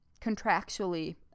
contractually